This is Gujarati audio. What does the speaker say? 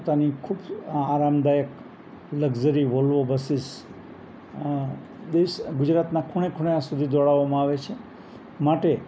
પોતાની ખૂબ આરામદાયક લક્ઝરી વોલ્વો બસીસ ગુજરાતનાં ખૂણે ખૂણે સુધી દોડાવવામાં આવે છે માટે